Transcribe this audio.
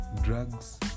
drugs